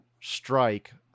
strike